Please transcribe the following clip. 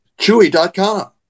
chewy.com